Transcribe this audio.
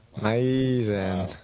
Amazing